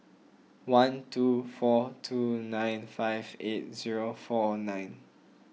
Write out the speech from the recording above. one two four two nine five eight zero four nine